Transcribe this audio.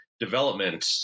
development